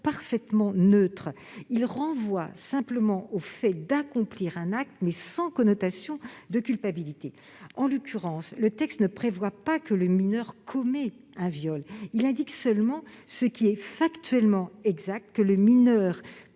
parfaitement neutre : il renvoie simplement au fait d'accomplir un acte, sans connotation de culpabilité. En l'occurrence, le texte ne prévoit pas que le mineur commet un viol. Il tend seulement à indiquer ce qui est factuellement exact, c'est-à-dire